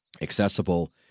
accessible